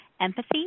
empathy